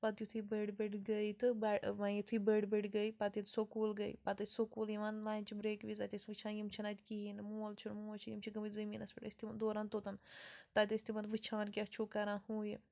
پَتہٕ یُتھٕے بٕڈۍ بٕڈۍ گٔے تہٕ وۄنۍ یُتھٕے بٕڈۍ بٕڈۍ گٔے پَتہٕ ییٚلہِ سُکوٗل گٔے پَتہٕ ٲسۍ سُکوٗل یِوان لَنچ بریکہِ وِزِ اَتہِ ٲسۍ وٕچھان یِم چھِنہٕ اَتہِ کِہیٖنۍ نہٕ مول چھُ موج چھِ یِم چھِ گٔمٕتۍ زمیٖنَس پٮ۪ٹھ أسۍ تِم دوران تۄتَن تَتہِ ٲسۍ تِمَن وٕچھان کیٛاہ چھُو کران ہُہ یہِ